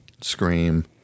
Scream